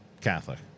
Catholic